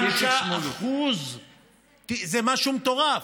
95% זה משהו מטורף.